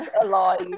alive